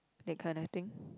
that kind of thing